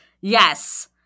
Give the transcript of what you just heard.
Yes